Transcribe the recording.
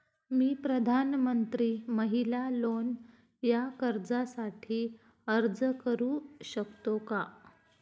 मी प्रधानमंत्री महिला लोन या कर्जासाठी अर्ज करू शकतो का?